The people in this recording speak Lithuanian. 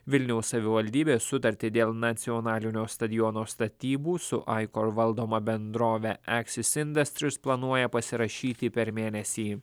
vilniaus savivaldybė sutartį dėl nacionalinio stadiono statybų su aikor valdoma bendrove eksisindas trius planuoja pasirašyti per mėnesį